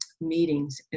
meetings